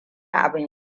abin